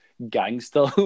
gangster